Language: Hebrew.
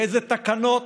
ואילו תקנות